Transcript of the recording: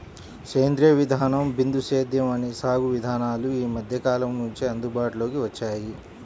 సేంద్రీయ విధానం, బిందు సేద్యం అనే సాగు విధానాలు ఈ మధ్యకాలం నుంచే అందుబాటులోకి వచ్చాయి